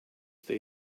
they